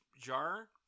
jar